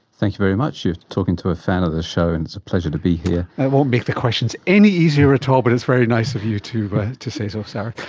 thanks very much, you're talking to a fan of the show and it's a pleasure to be here. that won't make the questions any easier at all, but it's very nice of you to but to say so, sarath.